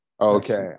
Okay